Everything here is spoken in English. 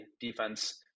defense